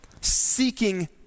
Seeking